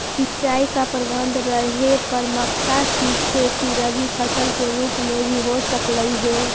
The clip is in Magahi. सिंचाई का प्रबंध रहे पर मक्का की खेती रबी फसल के रूप में भी हो सकलई हे